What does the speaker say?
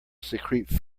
secrete